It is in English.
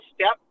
step